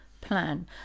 plan